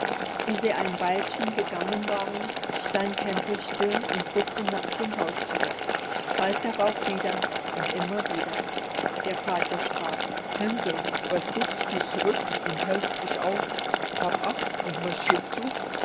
wie sie ein weilchen gegangen waren stand hänsel still und guckte nach dem haus zurück bald darauf wieder und immer wieder der vater sprach hänsel was guckst du zurück und hältst dich auf hab acht und marschir zu